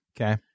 Okay